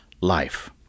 life